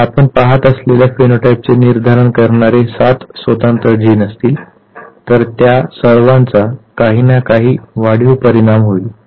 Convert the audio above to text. जर आपण पहात असलेल्या फिनोटाइपचे निर्धारण करणारे 7 स्वतंत्र जीन असतील तर त्या सर्वांचा काही ना काही वाढीव परिणाम होईल